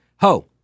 Ho